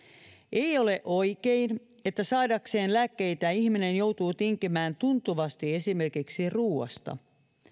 ei ole oikein että saadakseen lääkkeitä ihminen joutuu tinkimään tuntuvasti esimerkiksi ruoasta